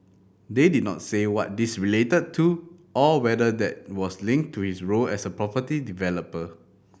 they did not say what these related to or whether that was linked to his role as a property developer